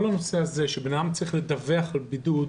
כל הנושא הזה שבן אדם צריך לדווח על בידוד,